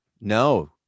no